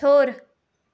ہیوٚر